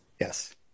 Yes